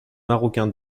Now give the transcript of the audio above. marocain